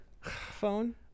phone